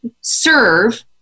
serve